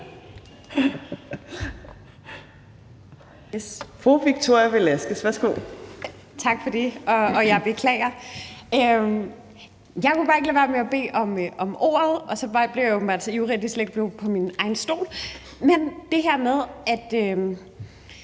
Victoria Velasquez (EL): Tak for det, og jeg beklager. Jeg kunne bare ikke lade være med at bede om ordet, og så blev jeg åbenbart så ivrig, at det slet ikke blev fra min egen stol. Men det er i